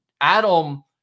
Adam